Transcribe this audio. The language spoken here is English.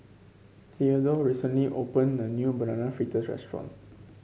Theadore recently opened a new Banana Fritters restaurant